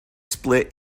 split